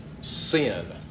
sin